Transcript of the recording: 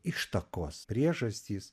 ištakos priežastys